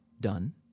done